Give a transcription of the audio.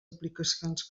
aplicacions